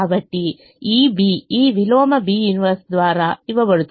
కాబట్టిఈ B ఈ విలోమ B 1 ద్వారా ఇవ్వబడుతుంది